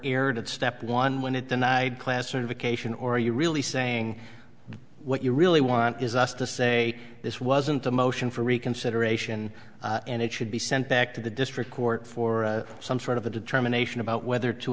at step one when it denied classification or are you really saying what you really want is us to say this wasn't a motion for reconsideration and it should be sent back to the district court for some sort of a determination about whether to